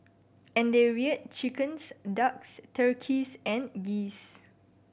and they reared chickens ducks turkeys and geese